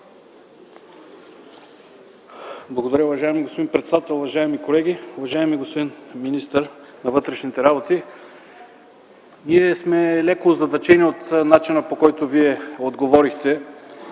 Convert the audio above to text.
Благодаря, уважаеми господин председател. Уважаеми колеги, уважаеми господин министър на вътрешните работи! Ние сме леко озадачени от начина, по който Вие отговорихте